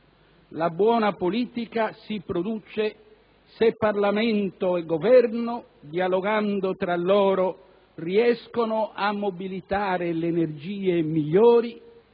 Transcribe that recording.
la buona politica si produce se Parlamento e Governo, dialogando tra loro, riescono a mobilitare le energie migliori